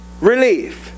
relief